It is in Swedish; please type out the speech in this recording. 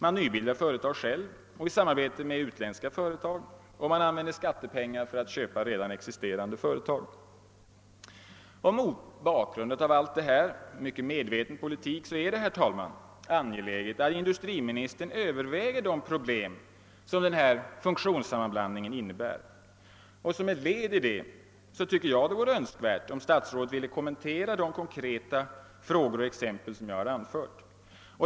Man nybildar företag själv och i samarbete med utländska intressenter och man använder skattepengar för att köpa redan existerande företag. Mot bakgrunden av denna mycket medvetna politik är det, herr talman, angeläget att industriministern överväger de problem som denna funktionssammanblandning innebär. Som ett led i detta vore det önskvärt att statsrådet ville kommentera de konkreta frågor och exempel som jag har anfört.